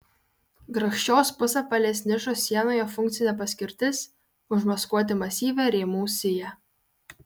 grakščios pusapvalės nišos sienoje funkcinė paskirtis užmaskuoti masyvią rėmų siją